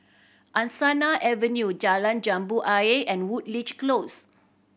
Angsana Avenue Jalan Jambu Ayer and Woodleigh Close